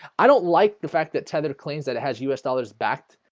i don't like the fact that tether claims that it has u s. dollars backed,